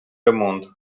ремонт